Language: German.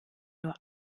nur